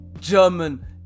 German